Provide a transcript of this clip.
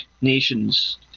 nations